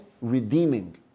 redeeming